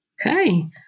Okay